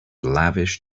lavish